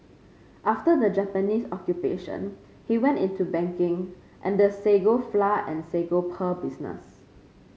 after the Japanese Occupation he went into banking and the sago flour and sago pearl business